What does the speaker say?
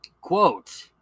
Quote